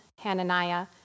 Hananiah